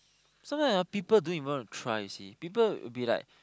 sometime ah people don't even want to try you see people be like